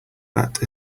that